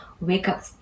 wake-up